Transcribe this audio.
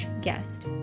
guest